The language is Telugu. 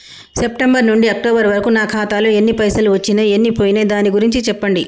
సెప్టెంబర్ నుంచి అక్టోబర్ వరకు నా ఖాతాలో ఎన్ని పైసలు వచ్చినయ్ ఎన్ని పోయినయ్ దాని గురించి చెప్పండి?